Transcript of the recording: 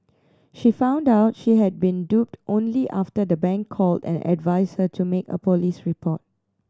she found out she had been duped only after the bank called and advised her to make a police report